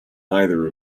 either